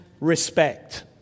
respect